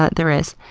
ah there is.